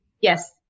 Yes